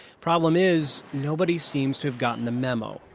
problem is, nobody seems to have gotten the memo.